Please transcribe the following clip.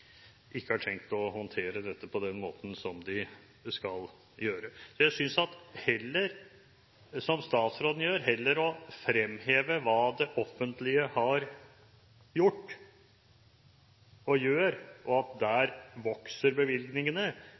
ikke har tenkt å håndtere dette på den måten de skal gjøre. I stedet for, som statsråden gjør, å fremheve hva det offentlige har gjort og gjør og at bevilgningene vokser,